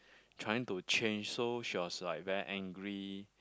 trying to change so she was like very angry